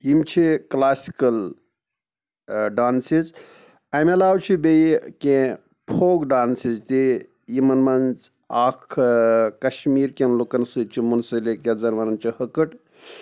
یِم چھِ classical dances اَمہِ علاوٕ چھِ بیٚیہِ کیٚنٛہہ فوک ڈانسِز تہِ یِمَن منٛز اَکھ کَشمیٖر کٮ۪ن لُکَن سۭتۍ چھُ مُنسَلِک یَتھ زَن وَنان چھِ ہٕکٕٹ